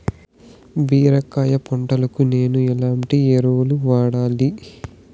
బీరకాయ పంటకు నేను ఎట్లాంటి ఎరువులు వాడాలి?